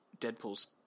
Deadpool's